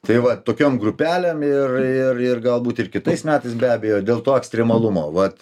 tai va tokiom grupelėm ir ir ir galbūt ir kitais metais be abejo dėl to ekstremalumo vat